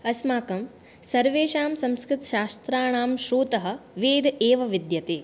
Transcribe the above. अस्माकं सर्वेषां संस्कृतशास्त्राणां स्रोतः वेदः एव विद्यते